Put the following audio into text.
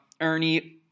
Ernie